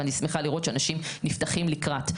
ואני שמחה לראות שאנשים נפתחים לקראת.